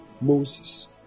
Moses